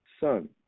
Son